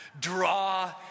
Draw